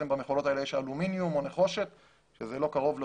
שבמכולות האלה יש אלומיניום או נחושת שזה לא קרוב לעופרת,